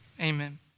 Amen